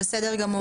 בסדר גמור.